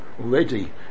already